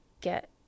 get